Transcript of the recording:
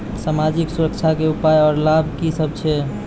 समाजिक सुरक्षा के उपाय आर लाभ की सभ छै?